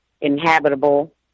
inhabitable